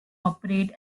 operate